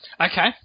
Okay